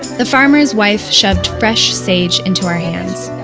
the farmer's wife shoved fresh sage into our hands.